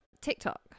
TikTok